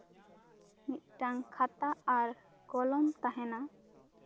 ᱢᱤᱫᱴᱟᱱ ᱠᱷᱟᱛᱟ ᱟᱨ ᱠᱚᱞᱚᱢ ᱛᱟᱦᱮᱸᱱᱟ